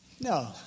No